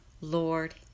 Lord